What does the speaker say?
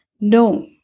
no